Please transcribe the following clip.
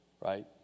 right